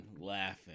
laughing